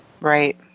Right